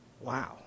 Wow